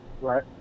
right